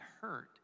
hurt